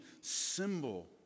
symbol